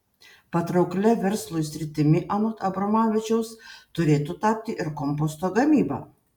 patrauklia verslui sritimi anot abromavičiaus turėtų tapti ir komposto gamyba